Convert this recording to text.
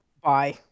Bye